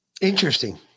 Interesting